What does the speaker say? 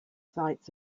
sites